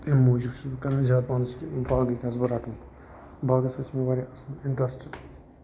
تَمہِ موٗجوٗب چھُس بہٟ کران زیادٕ پَہم کہِ باغٕے گَژھٕ بہٕ رَٹُن باغَس سٟتۍ چھُ مےٚ واریاہ اَصٕل اِنٹَرسٹ